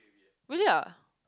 really ah